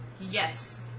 yes